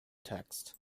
text